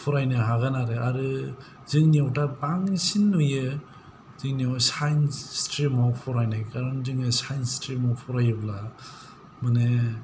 फरायनो हागोन आरो आरो जोंनिआवदा बांसिन नुयो जोंनिआव साइन्स स्ट्रिमाव फरायनाय कारन जोंङो साइन्स स्ट्रिमाव फरायोब्ला माने